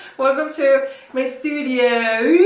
welcome to my studio,